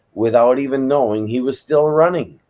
without even knowing he was still running.